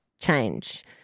change